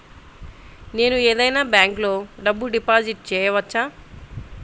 నేను ఏదైనా బ్యాంక్లో డబ్బు డిపాజిట్ చేయవచ్చా?